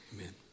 Amen